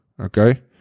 okay